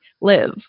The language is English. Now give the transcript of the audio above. live